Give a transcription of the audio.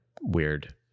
weird